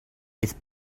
with